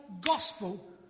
gospel